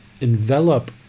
envelop